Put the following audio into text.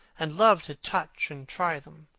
and loved to touch and try them.